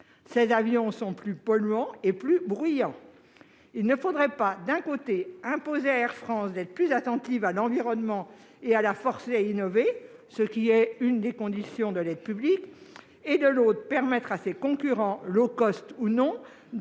Ces avions sont plus polluants et plus bruyants. Il ne faudrait pas, d'un côté, imposer à la société Air France d'être plus attentive à l'environnement et la forcer à innover, ce qui est une des conditions de l'aide publique, et, de l'autre, permettre à ses concurrents, ou non,